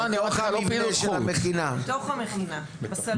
לא פעילות חוץ; בתוך המבנה של המכינה.